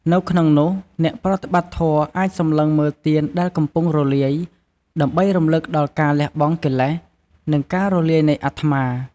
នៅក្នុងនោះ អ្នកប្រតិបត្តិធម៌អាចសម្លឹងមើលទៀនដែលកំពុងរលាយ ដើម្បីរំលឹកដល់ការលះបង់កិលេស និងការរលាយនៃអត្មា។